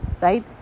right